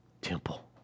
temple